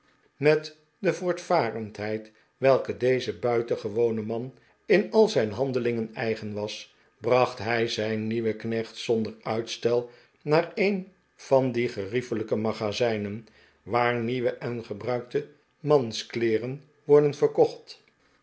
met de voortvarendheid welke dezen buitengewonen man in al zijn handelingen eigen was bra'cht hij zijn nieuwen knecht zonder uitstel naar een van die geriefelijke magazijnen waar nieuwe en gebruikte mahskleeren worden verkocht